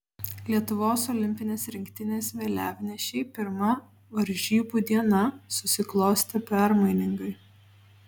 lietuvos olimpinės rinktinės vėliavnešei pirma varžybų diena susiklostė permainingai